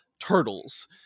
turtles